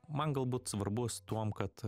man galbūt svarbus tuom kad